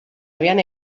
habían